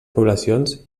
poblacions